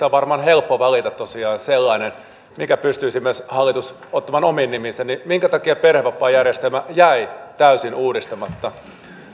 on varmaan helppo valita tosiaan sellainen minkä pystyisi myös hallitus ottamaan omiin nimiinsä niin minkä takia perhevapaajärjestelmä jäi täysin uudistamatta